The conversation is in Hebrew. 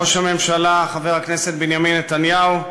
ראש הממשלה, חבר הכנסת בנימין נתניהו,